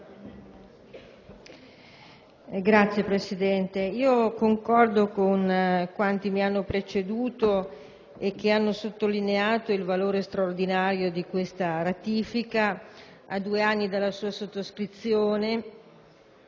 Signor Presidente, concordo con quanti mi hanno preceduto ed hanno sottolineato il valore straordinario di questa ratifica, a due anni dalla sottoscrizione